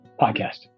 podcast